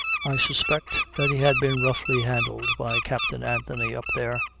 i suspect that he had been roughly handled by captain anthony up there,